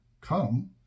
Come